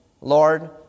Lord